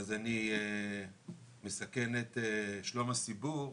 אז אני מסכן את שלום הציבור,